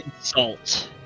insult